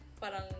parang